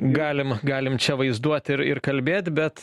galim galim čia vaizduot ir ir kalbėt bet